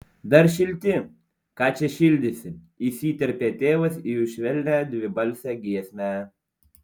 dar šilti ką čia šildysi įsiterpė tėvas į jų švelnią dvibalsę giesmę